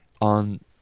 On